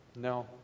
No